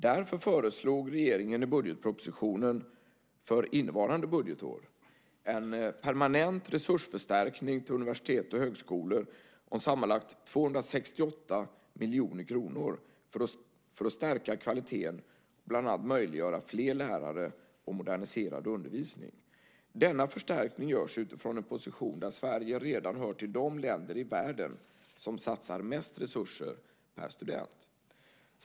Därför föreslog regeringen i budgetpropositionen för innevarande budgetår en permanent resursförstärkning till universitet och högskolor om sammanlagt 268 miljoner kronor för att stärka kvaliteten och bland annat möjliggöra fler lärare och moderniserad undervisning. Denna förstärkning görs utifrån en position där Sverige redan hör till de länder i världen som satsar mest resurser per student.